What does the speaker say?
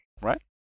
right